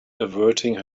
averting